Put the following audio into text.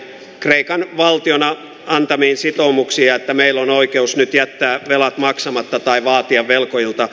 kreikan valtion antamiin sitoumuksia ja meillä on oikeus jättää velat maksamatta tai vaatia velkojilta